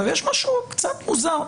יש משהו קצת מוזר,